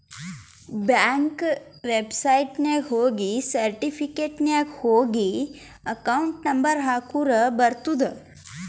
bank ವೆಬ್ಸೈಟ್ನಾಗ ಹೋಗಿ certificate ನಾಗ್ ಹೋಗಿ ಅಕೌಂಟ್ ನಂಬರ್ ಹಾಕುರ ಬರ್ತುದ್